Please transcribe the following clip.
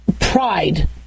pride